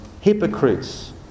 hypocrites